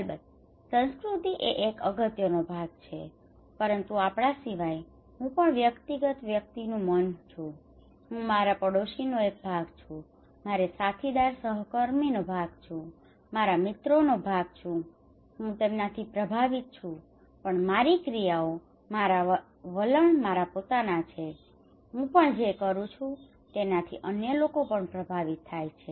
અલબત્ત સંસ્કૃતિ એ એક અગત્યનો ભાગ છે પરંતુ આપણા સિવાય હું પણ વ્યક્તિગત વ્યક્તિનું મન છું હું મારા પાડોશીનો એક ભાગ છું હું મારા સાથીદાર સહકર્મીઓનો ભાગ છું હું મારા મિત્રોનો ભાગ છું હું તેમનાથી પ્રભાવિત છું પણ મારી ક્રિયાઓ મારા વલણ મારા પોતાના છે હું પણ જે કરું છું તેનાથી અન્ય લોકો પણ પ્રભાવિત થાય છે